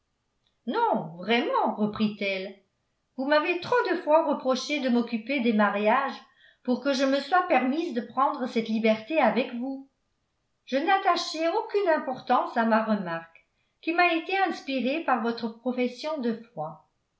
non vraiment reprit-elle vous m'avez trop de fois reproché de m'occuper des mariages pour que je me sois permise de prendre cette liberté avec vous je n'attachais aucune importance à ma remarque qui m'a été inspirée par votre profession de foi